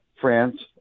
France